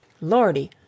Lordy